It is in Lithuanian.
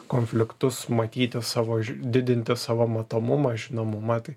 konfliktus matyti savo didinti savo matomumą žinomumą tai